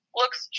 looks